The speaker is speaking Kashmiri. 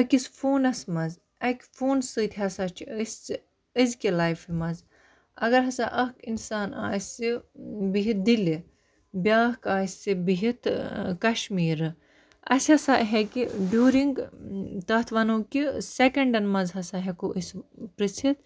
أکِس فونَس منٛز اَکہِ فون سۭتۍ ہَسا چھِ أسۍ أزکہِ لایفہِ منٛز اَگَر ہَسا اَکھ اِنسان آسہِ بِہِتھ دِلہِ بیٛاکھ آسہِ بِہِتھ کَشمیٖرٕ اَسہِ ہَسا ہیٚکہِ ڈوٗرِنٛگ تَتھ وَنو کہِ سٮ۪کَنڈَن منٛز ہَسا ہٮ۪کو أسۍ پِرٛژھِتھ